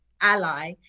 ally